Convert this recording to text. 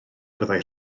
fyddai